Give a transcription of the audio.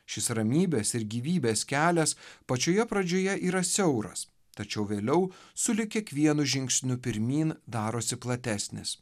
šis ramybės ir gyvybės kelias pačioje pradžioje yra siauras tačiau vėliau sulig kiekvienu žingsniu pirmyn darosi platesnis